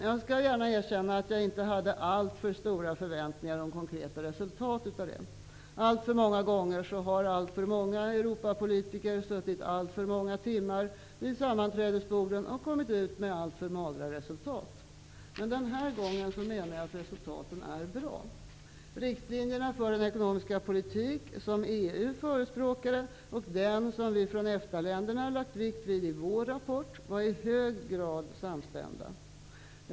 Jag skall gärna erkänna att jag inte hade alltför stora förväntningar om konkreta resultat av det. Alltför många gånger har alltför många Europapolitiker suttit alltför många timmar vid sammanträdesborden och kommit ut med alltför magra resultat. Men den här gången menar jag att resultaten är bra. Riktlinjerna för den ekonomiska politik som EU förespråkade och den som vi från EFTA länderna lagt vikt vid i vår rapport var i hög grad samstämda.